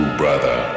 brother